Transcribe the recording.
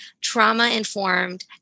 trauma-informed